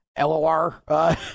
LOR